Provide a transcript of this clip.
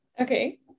Okay